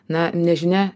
na nežinia